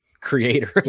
creator